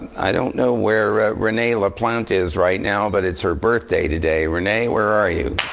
i don't know where renee laplante is right now, but it's her birthday today. renee, where are you?